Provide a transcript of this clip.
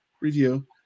review